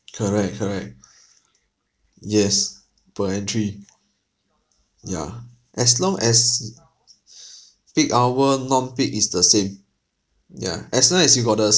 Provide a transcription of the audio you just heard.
correct correct yes per entry yeah as long as uh peak hour non peak is the same yeah as long as you got the